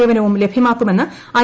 സേവനവും ലഭൃമാക്കുമെന്ന് ഐ